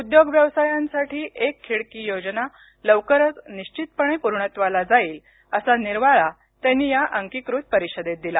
उद्योग व्यवसायांसाठी एक खिडकी योजना लवकरच निश्वितपणे पूर्णत्वाला जाईल असा निर्वाळा त्यांनी या अंकीकृत परिषदेत दिला